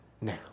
now